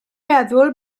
meddwl